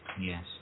yes